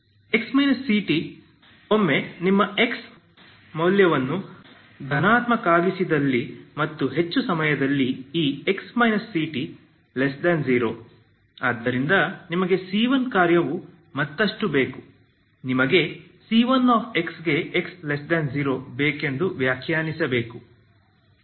x ct ಒಮ್ಮೆ ನಿಮ್ಮ x ಮೌಲ್ಯವನ್ನು ಧನಾತ್ಮಕಕಾಗಿಸಿದಲ್ಲಿ ಮತ್ತು ಹೆಚ್ಚು ಸಮಯದಲ್ಲಿ ಈ x ct0 ಆದ್ದರಿಂದ ನಿಮಗೆ c1 ಕಾರ್ಯವು ಮತ್ತಷ್ಟು ಬೇಕು ನಿಮಗೆ c1 ಗೆ x0 ಬೇಕೆಂದು ವ್ಯಾಖ್ಯಾನಿಸಬೇಕು